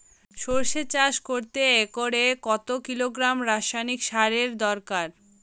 সরষে চাষ করতে একরে কত কিলোগ্রাম রাসায়নি সারের দরকার?